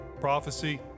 prophecy